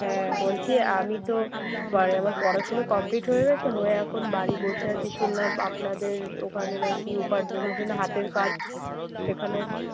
হ্যাঁ বলছি আমি তো মানে আমার পড়াশুনো কমপ্লিট হয়ে গেছে হয়ে এখন বাড়ি বসে আছি শুনলাম আপনাদের ওখানে নাকি উপার্জনের জন্য হাতের কাজ সেখানো হচ্ছে